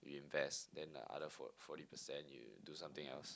you invest then the other for~ forty percent you do something else